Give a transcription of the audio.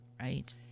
right